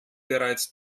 bereits